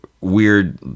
weird